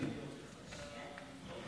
ומוחמד טאהר